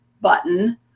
button